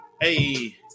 Hey